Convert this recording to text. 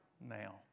now